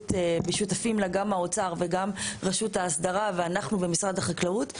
ושותפים לו גם האוצר ורשות האסדרה וגם אנחנו ומשרד החקלאות.